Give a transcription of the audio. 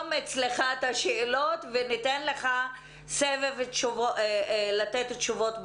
תרשום את השאלות וניתן לך סבב תשובות בסוף.